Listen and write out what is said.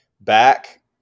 back